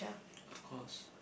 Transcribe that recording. of course